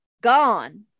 gone